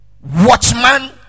watchman